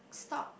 stop